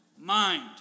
mind